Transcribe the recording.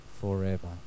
forever